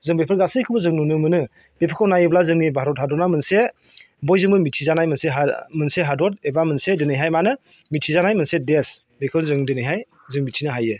जों बेफोर गासैखौबो जों नुनो मोनो बेफोरखौ नायोब्ला जोंनि भारत हादरा मोनसे बयजोंबो मिन्थिजानाय मोनसे हादर एबा मोनसे दिनैहाय मानो मिन्थिजानाय मोनसे देश बेखौ जों दिनैहाय जों मिन्थिनो हायो